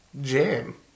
Jam